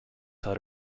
that